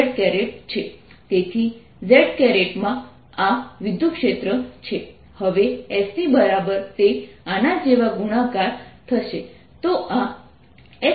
તેથી z માં આ વિદ્યુતક્ષેત્ર છે હવે s ની બરાબર તે આના જેવા ગુણાકાર થશે